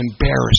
embarrassed